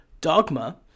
dogma